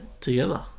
together